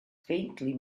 faintly